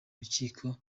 rukiko